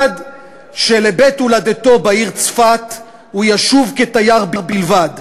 אחד, שלבית הולדתו בעיר צפת הוא ישוב כתייר בלבד,